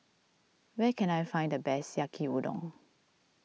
where can I find the best Yaki Udon